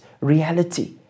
reality